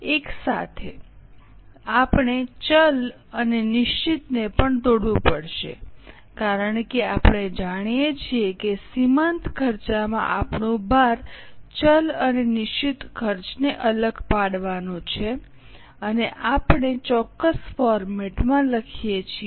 એક સાથે આપણે ચલ અને નિશ્ચિતને પણ તોડવું પડશે કારણ કે આપણે જાણીએ છીએ કે સીમાંત ખર્ચમાં આપણું ભાર ચલ અને નિશ્ચિત ખર્ચને અલગ પાડવાનું છે અને આપણે ચોક્કસ ફોર્મેટ માં લખીએ છીએ